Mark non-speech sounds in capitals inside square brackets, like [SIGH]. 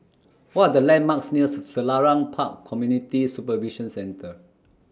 What [NOISE] The landmarks near [UNINTELLIGIBLE] Selarang Park Community Supervision Centre